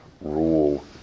rule